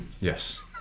Yes